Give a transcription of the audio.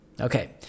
Okay